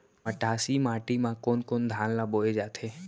मटासी माटी मा कोन कोन धान ला बोये जाथे?